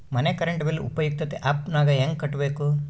ಮನೆ current bill ಉಪಯುಕ್ತತೆ app ನಾಗ ಹೆಂಗ ಕಟ್ಟಬೇಕು?